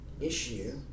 issue